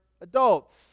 adults